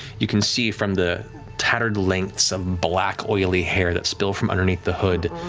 you can see from the tattered lengths of black, oily hair that spill from underneath the hood